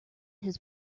his